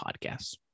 podcasts